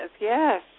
yes